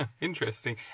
interesting